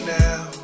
now